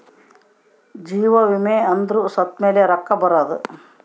ಜೀವ ವಿಮೆ ಅಂದ್ರ ಸತ್ತ್ಮೆಲೆ ರೊಕ್ಕ ಬರೋದು